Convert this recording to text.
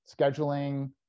scheduling